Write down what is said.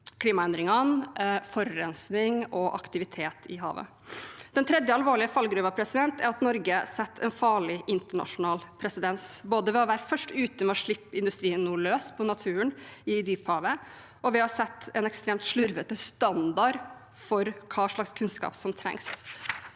klimaendringer, forurensning og aktivitet i havet. Den tredje alvorlige fallgruven er at Norge setter en farlig internasjonal presedens, både ved å være først ute med å slippe industrien løs på naturen i dyphavet, og ved å sette en ekstremt slurvete standard for hva slags kunnskap som trengs.